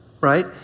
right